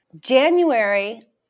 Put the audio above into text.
January